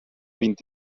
vint